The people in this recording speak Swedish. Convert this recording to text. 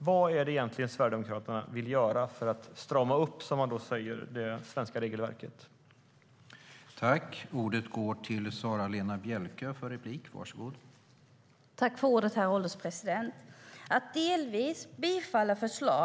Vad är det egentligen Sverigedemokraterna vill göra för att, som de säger, strama upp det svenska regelverket?